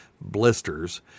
blisters